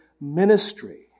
ministry